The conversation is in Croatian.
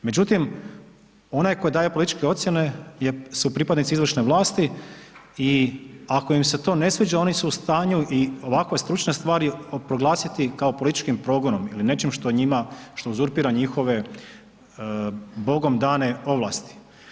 Međutim, onaj koji daje političke ocjene je, su pripadnici izvršne vlasti i ako im se to ne sviđa oni su u stanju i ovakve stručne stvari proglasiti kao političkim progonom ili nečim što uzurpira njihove bogom dane ovlasti.